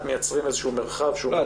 מייצרים איזשהו מרחב שהוא מרחב --- לא,